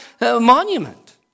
monument